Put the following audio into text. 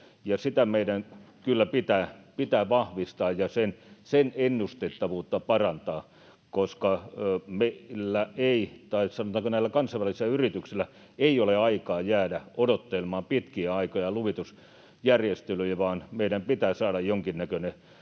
sitä meidän kyllä pitää vahvistaa ja sen ennustettavuutta parantaa, koska näillä kansainvälisillä yrityksillä ei ole aikaa jäädä odottelemaan pitkiä aikoja luvitusjärjestelyjä, vaan meidän pitää saada näitä varten